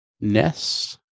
Ness